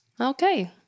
okay